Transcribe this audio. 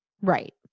Right